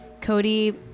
Cody